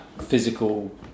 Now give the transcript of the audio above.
physical